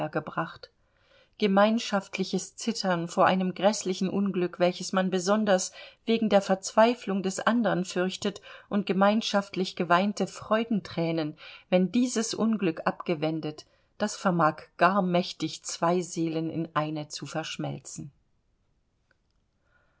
gebracht gemeinschaftliches zittern vor einem gräßlichen unglück welches man besonders wegen der verzweiflung des andern fürchtet und gemeinschaftlich geweinte freudenthränen wenn dieses unglück abgewendet das vermag gar mächtig zwei seelen in eine zu verschmelzen